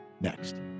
next